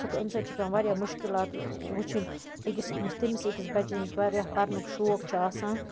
امہِ سۭتۍ چھِ پیٚوان واریاہ مُشکِلات وٕچھٕنۍ أکِس تمس اکِس بَچَس ییٚمِس واریاہ پَرنُک شوق چھُ آسان